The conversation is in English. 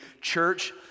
Church